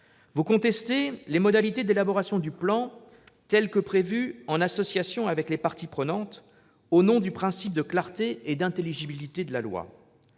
Vous contestez les modalités d'élaboration du plan en association avec les parties prenantes, au nom du principe de clarté et d'intelligibilité de la loi.